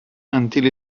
until